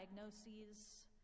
diagnoses